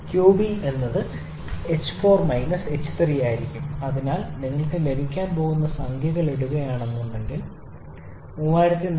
𝑞𝐵 ℎ4 ℎ3 അതിനാൽ നിങ്ങൾക്ക് ലഭിക്കാൻ പോകുന്ന സംഖ്യകൾ ഇടുകയാണെങ്കിൽ 3487